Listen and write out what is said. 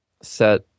set